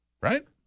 Right